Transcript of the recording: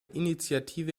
initiative